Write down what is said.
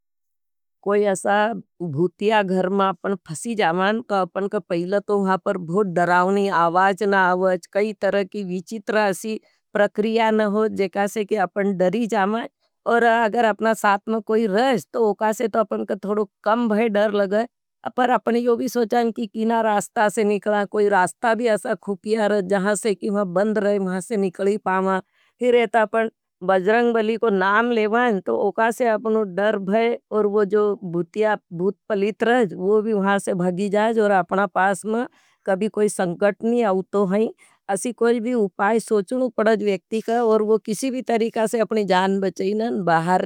कोई असा भूतिया घर मा अपना फ़सी जामाँ। तो अपने का पहले तो मा पर बहुत धरावनी आवाज ना आवाज कई तरह की वीचीतरा असी प्रक्रिया न हो जेकासे। की अपना धरी जामाँ और अगर अपना साथ में कोई रह तो उकासे तो अपने का थोड़ो कम भय धर लगे। पर अपनी यो भी सोचाएं की कीना रास्ता से निकलां कोई रास्ता भी असा खुपिया रह। जहां से कीमा बंद रहें महाँ से निकली पामां बजरंग बली को नाम ले। बाएं तो उकासे अपनो धर भय और जो भूत पलीत रह जो भागी जाएं। और अपना पास में कभी कोई संकट नहीं आउतो हैं असी कोई भी उपाय सोचनु पड़ाज वेक्ती का। और वो किसी भी तरीका से अपनी जान बचेन बाहर नहीं।